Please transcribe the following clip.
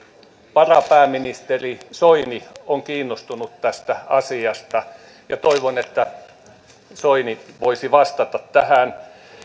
varapääministeri soini on kiinnostunut tästä asiasta ja toivon että soini voisi vastata tähän